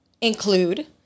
include